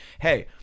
hey